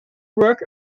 works